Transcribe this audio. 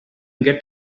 get